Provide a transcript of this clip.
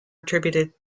attributed